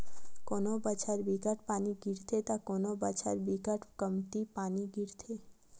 कोनो बछर बिकट के पानी गिरथे त कोनो बछर बिकट कमती पानी गिरथे